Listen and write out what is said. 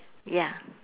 ya